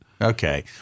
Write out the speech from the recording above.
Okay